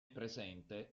presente